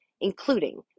including